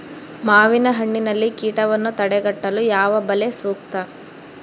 ಮಾವಿನಹಣ್ಣಿನಲ್ಲಿ ಕೇಟವನ್ನು ತಡೆಗಟ್ಟಲು ಯಾವ ಬಲೆ ಸೂಕ್ತ?